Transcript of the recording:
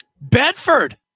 Bedford